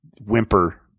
whimper